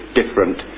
different